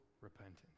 repentance